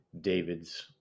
David's